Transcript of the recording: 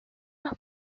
los